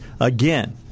again